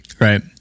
Right